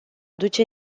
duce